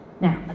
Now